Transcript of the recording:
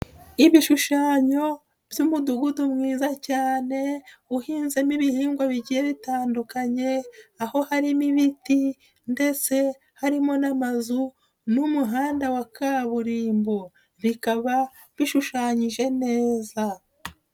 Ibishushanyo by'umudugudu mwiza cyane uhinzemo ibihingwa bigiye bitandukanye, aho harimo ibiti ndetse harimo n'amazu n'umuhanda wa kaburimbo. Bikaba bishushanyije neza.